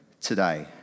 today